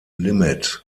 limit